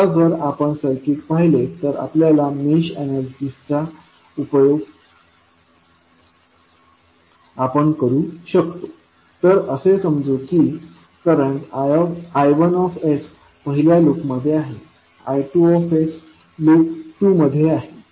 आता जर आपण सर्किट पाहिले तर आपण मेश एनालिसिसचा उपयोग करू शकतो तर असे समजू की करंट I1 पहिल्या लूपमध्ये आहे I2 लूप 2 मध्ये आहे